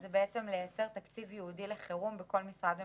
זה בעצם לייצר תקציב ייעודי לחירום בכל משרד ממשלתי.